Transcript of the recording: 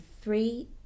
three